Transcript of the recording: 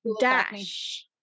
Dash